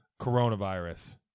coronavirus